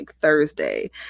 Thursday